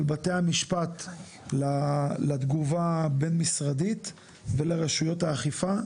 בתי המשפט לתגובה הבין-משרדית ולרשויות האכיפה,